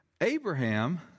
Abraham